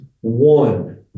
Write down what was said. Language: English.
one